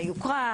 היוקרה,